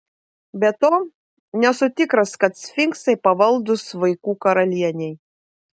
be to nesu tikras kad sfinksai pavaldūs vaikų karalienei